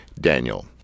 Daniel